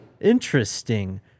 Interesting